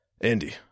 Andy